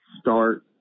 start